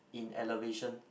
in elevation